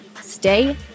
stay